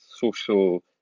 social